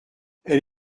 elle